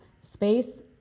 space